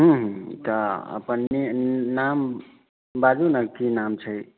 हूँ तऽ अपने नाम बाजू ने की नाम छै